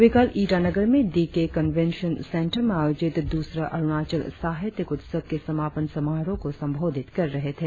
वे कल ईटानगर में D K convention centre में आयोजित द्रसरा अरुणाचल साहित्यिक उत्सव के समापन समारोह को संबोधित कर रहे थे